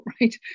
right